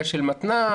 של מתנ"ס,